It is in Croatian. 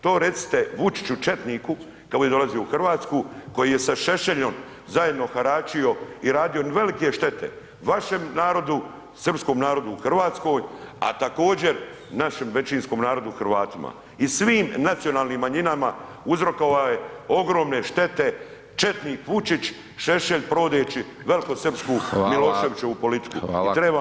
To recite Vučiću, četniku, kad bude dolazio u Hrvatsku, koji je sa Šešeljom zajedno haračio i radio velike štete, vašem narodu, srpskom narodu u Hrvatskoj, a također, našem većinskom narodu Hrvatima i svim nacionalnim manjinama uzrokovao je ogromne štete, četnik, Vučuć, Šešelj, provodeći velikosrpsku Miloševićevu politiku i treba